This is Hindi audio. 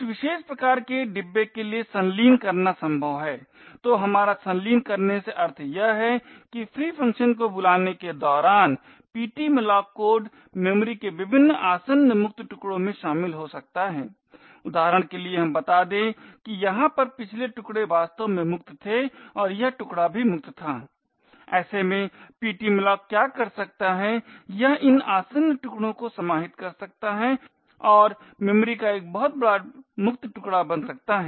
कुछ विशेष प्रकार के डब्बे के लिए संलीन करना संभव है तो हमारा संलीन करने से अर्थ यह हैं कि free फ़ंक्शन को बुलाने के दौरान ptmalloc कोड मेमोरी के विभिन्न आसन्न मुक्त टुकड़ों में शामिल हो सकता है उदाहरण के लिए हम बता दें कि यहाँ पर पिछले टुकडे वास्तव में मुक्त थे और यह टुकड़ा भी मुक्त था ऐसे में ptmalloc क्या कर सकता है यह इन आसन्न टुकड़ों को समाहित कर सकता है और मेमोरी का एक बहुत बड़ा मुक्त टुकड़ा बन सकता है